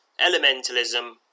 Elementalism